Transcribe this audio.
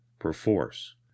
perforce